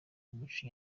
umuco